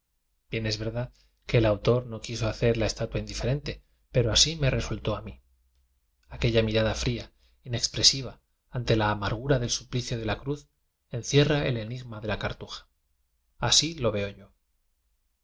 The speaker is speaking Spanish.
verdad que el autor no q u f so hacer la estatua indiferente pero así me resultó a mí aquella mirada fría inexpresi va ante la amargura del suplicio de la cruz encierra el enigma de la cartuja así lo veo yo